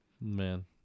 Man